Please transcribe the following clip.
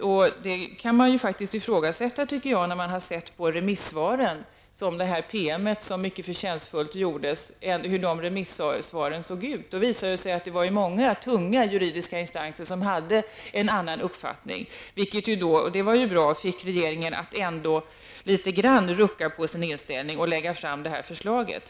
Jag tycker att detta kan ifrågasättas sedan man har läst remissvaren, som redovisats i det PM som mycket förtjänstfullt upprättades. Det visar sig att många tunga juridiska remissinstanser har en annan uppfattning. Det var ju bra att detta fick regeringen att något rucka på sin inställning och att lägga fram detta förslag.